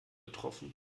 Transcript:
getroffen